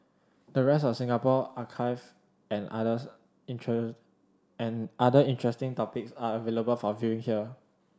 the rest of the Singapore archive and others and other interesting topics are available for viewing here